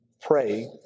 Pray